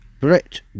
Brit